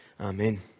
Amen